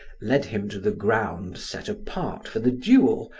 led him to the ground set apart for the duel,